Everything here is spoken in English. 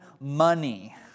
money